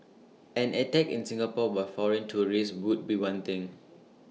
an attack in Singapore by foreign terrorists would be one thing